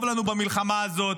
טוב לנו במלחמה הזאת,